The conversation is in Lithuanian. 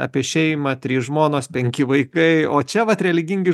apie šeimą trys žmonos penki vaikai o čia vat religingi